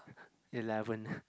eleven